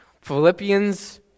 Philippians